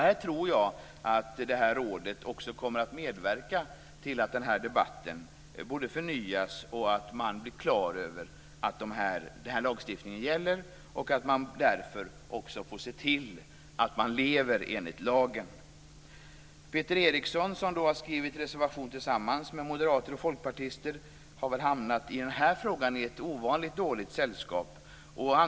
Jag tror att det här rådet också kommer att medverka både till att debatten förnyas och till att man blir klar över att denna lagstiftning gäller och därför måste se till att leva enligt lagen. Peter Eriksson har skrivit en reservation tillsammans med moderater och folkpartister, och han har hamnat i ovanligt dåligt sällskap i den här frågan.